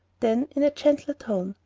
then in a gentler tone,